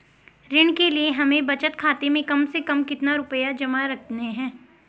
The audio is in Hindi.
ऋण के लिए हमें बचत खाते में कम से कम कितना रुपये जमा रखने हैं?